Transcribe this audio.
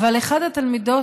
אבל אחד התלמידות